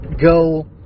go